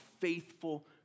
faithful